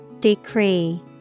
Decree